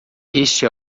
este